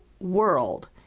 world